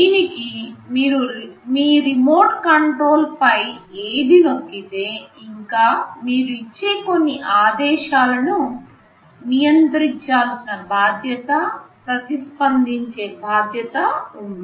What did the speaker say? దీనికి మీరు మీ రిమోట్ కంట్రోల్పై ఏది నొక్కితే ఇంకా మీరు ఇచ్చే కొన్ని ఆదేశాలను నియంత్రించాల్సిన బాధ్యత ప్రతిస్పందించే బాధ్యత ఉంది